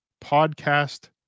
podcast